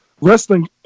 wrestling